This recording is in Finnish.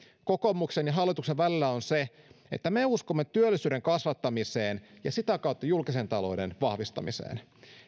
kokoomuksen ja hallituksen välillä on se että me uskomme työllisyyden kasvattamiseen ja sitä kautta julkisen talouden vahvistamiseen